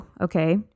Okay